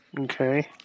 Okay